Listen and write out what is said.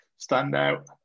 standout